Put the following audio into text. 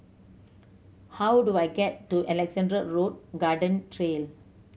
how do I get to Alexandra Road Garden Trail